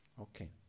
Okay